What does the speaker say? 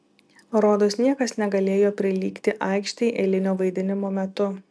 rodos niekas negalėjo prilygti aikštei eilinio vaidinimo metu